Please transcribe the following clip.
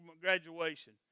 graduation